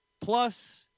Plus